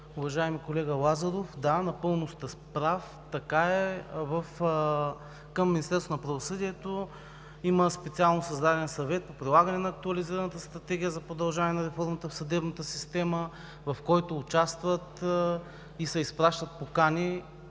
Уважаеми колега Лазаров, да, напълно сте прав, така е. Към Министерството на правосъдието има специално създаден Съвет по прилагане на Актуализираната стратегия за продължаване на реформата в съдебната система, в който участват и се изпращат покани